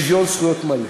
לשוויון זכויות מלא.